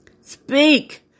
Speak